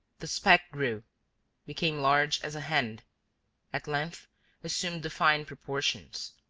the speck grew became large as a hand at length assumed defined proportions.